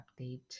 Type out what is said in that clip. update